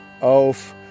auf